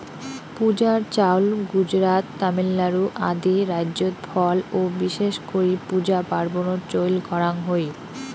পূজার চাউল গুজরাত, তামিলনাড়ু আদি রাইজ্যত ফল ও বিশেষ করি পূজা পার্বনত চইল করাঙ হই